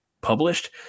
published